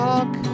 Talk